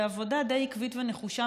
בעבודה די עקבית ונחושה,